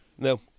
No